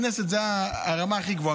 תלמידים כמוך זה דבר טוב.